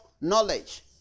knowledge